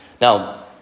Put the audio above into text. Now